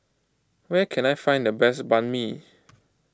where can I find the best Banh Mi